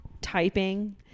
typing